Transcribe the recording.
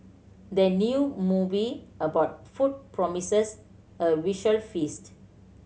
the new movie about food promises a visual feast